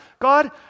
God